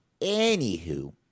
Anywho